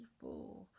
four